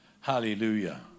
Hallelujah